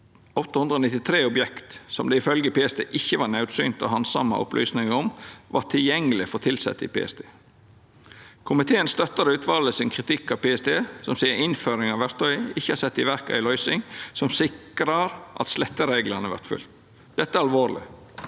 893 objekt, som det ifølgje PST ikkje var naudsynt å handsama opplysningar om, vart tilgjengelege for tilsette i PST. Komiteen støttar utvalet sin kritikk av PST, som sidan innføringa av verktøyet ikkje har sett i verk ei løysing som sikrar at slettereglane vert følgde. Dette er alvorleg.